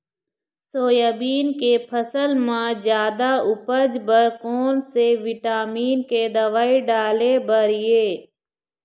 Soybean के फसल म जादा उपज बर कोन से विटामिन के दवई डाले बर ये?